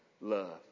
love